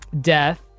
death